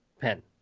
pen